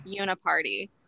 uniparty